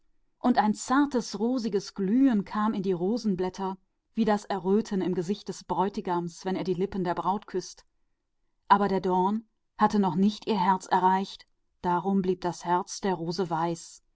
und ein zartes rot kam auf die blätter der rose wie das erröten auf das antlitz des bräutigams wenn er die lippen seiner braut küßt aber der dorn hatte ihr herz noch nicht getroffen und so blieb das herz der rose weiß